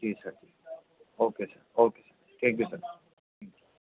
G sir okay sir okay thank you sir